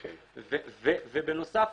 ובנוסף,